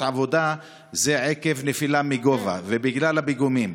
עבודה זה עקב נפילה מגובה ובגלל הפיגומים.